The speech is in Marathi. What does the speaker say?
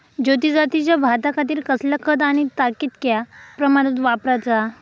ज्योती जातीच्या भाताखातीर कसला खत आणि ता कितक्या प्रमाणात वापराचा?